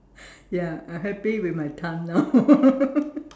ya I happy with my time now